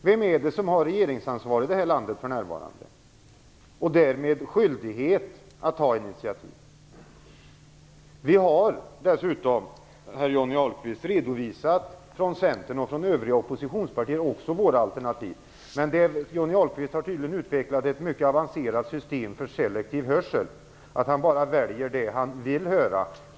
Vem är det som har regeringsansvaret i det här landet för närvarande och därmed skyldighet att ta initiativ? Vi har dessutom, herr Johnny Ahlqvist, från Centern och övriga oppositionspartier redovisat våra alternativ. Men Johnny Ahlqvist har tydligen utvecklat ett mycket avancerat system för selektiv hörsel, så att han bara väljer det han vill höra.